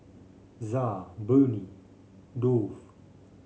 ZA Burnie Dove